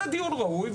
זה דיון ראוי,